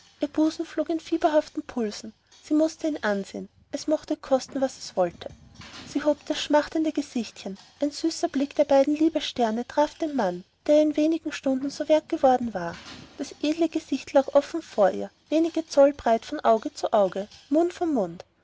ihr busen flog in fieberhaften pulsen sie mußte ihn ansehen es mochte kosten was es wollte sie hob das schmachtende gesichtchen ein süßer blick der beiden liebessterne traf den mann der ihr in wenigen stunden so wert geworden war das edle gesicht lag offen vor ihr wenige zoll breit auge von auge mund von mund